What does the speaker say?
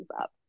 up